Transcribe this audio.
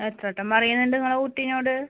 എത്ര വട്ടം പറയുന്നുണ്ട് നിങ്ങളുടെ കുട്ടീനോട്